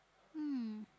mm